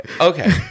okay